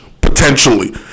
potentially